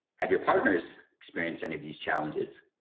have your partners experienced any of these challenges?